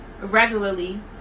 regularly